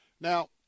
Now